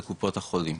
לקופות החולים,